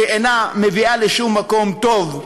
שאינה מביאה לשום מקום טוב,